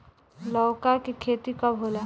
लौका के खेती कब होला?